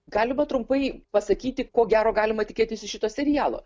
galima trumpai pasakyti ko gero galima tikėtis iš šito serialo